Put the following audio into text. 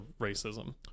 racism